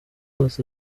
hose